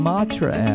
Matra